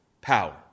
power